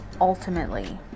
ultimately